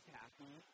happy